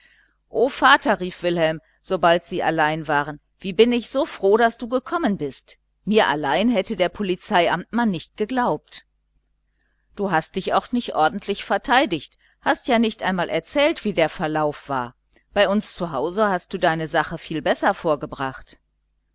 vater rief wilhelm sobald sie allein waren wie bin ich so froh daß du gekommen bist mir allein hätte der polizeiamtmann nicht geglaubt du hast dich auch nicht ordentlich verteidigt hast ja nicht einmal erzählt wie der verlauf war bei uns zu hause hast du deine sache viel besser vorgebracht